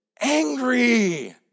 angry